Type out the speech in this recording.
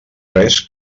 res